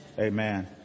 Amen